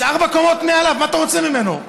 יש ארבע קומות מעליו, מה רוצים ממנו?